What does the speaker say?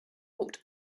walked